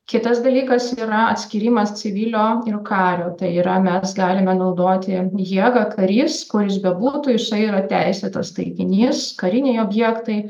kitas dalykas yra atskyrimas civilio ir kario tai yra mes galime naudoti jėgą karys kur jis bebūtų jisai yra teisėtas taikinys kariniai objektai